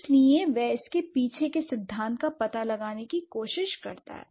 इसलिए वह इसके पीछे के सिद्धांत का पता लगाने की कोशिश करती है